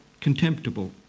contemptible